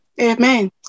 amen